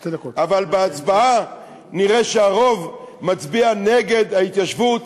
אבל בהצבעה נראה שהרוב מצביע נגד ההתיישבות,